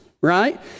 right